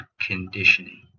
conditioning